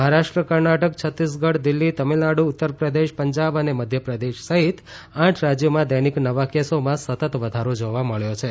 મહારાષ્ટ્ર કર્ણાટક છત્તીસગઢ દિલ્હી તમિલનાડુ ઉત્તર પ્રદેશ પંજાબ અને મધ્યપ્રદેશ સહિત આઠ રાજ્યોમાં દૈનિક નવા કેસોમાં સતત વધારો જોવા મળ્યો છે